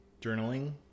Journaling